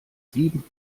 sieben